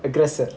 aggressor